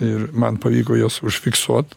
ir man pavyko juos užfiksuot